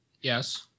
Yes